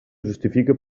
justifiqui